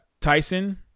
Tyson